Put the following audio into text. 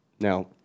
Now